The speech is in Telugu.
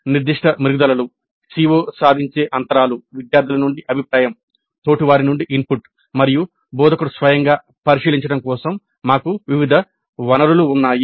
నిర్దిష్ట మెరుగుదలలు CO సాధించే అంతరాలు విద్యార్థుల నుండి అభిప్రాయం తోటివారి నుండి ఇన్పుట్ మరియు బోధకుడు స్వయంగా పరిశీలించడం కోసం మాకు వివిధ వనరులు ఉన్నాయి